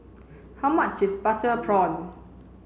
how much is butter prawn